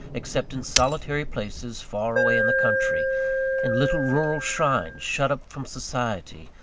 except in solitary places far away in the country in little rural shrines, shut up from society,